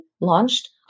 launched